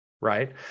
right